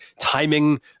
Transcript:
timing